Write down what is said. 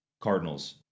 Cardinals